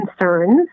concerns